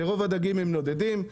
כאשר רוב הדגים נודדים,